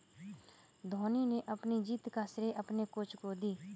धोनी ने अपनी जीत का श्रेय अपने कोच को दी